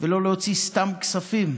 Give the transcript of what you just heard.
ולא להוציא סתם כספים.